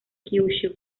kyushu